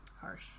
Harsh